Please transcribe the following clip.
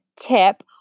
tip